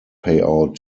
payout